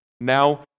Now